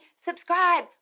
subscribe